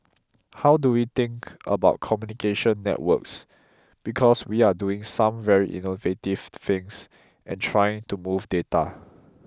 how do we think about communication networks because we are doing some very innovative things and trying to move data